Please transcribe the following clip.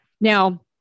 Now